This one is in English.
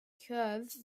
curve